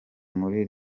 muri